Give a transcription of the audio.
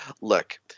look